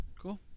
cool